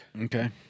Okay